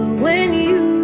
when you